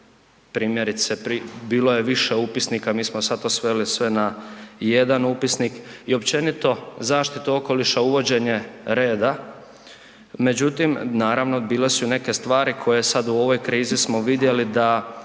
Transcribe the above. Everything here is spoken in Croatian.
primjerice, bilo je više upisnika, mi smo sad to sveli sve na jedan upisnik i općenito, zaštitu okoliša, uvođenje reda, međutim, naravno, bile su i neke stvari koje sad u ovoj krizi smo vidjeli da